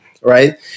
right